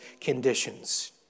conditions